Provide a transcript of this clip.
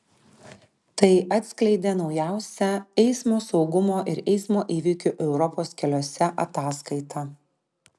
tai atskleidė naujausia eismo saugumo ir eismo įvykių europos keliuose ataskaita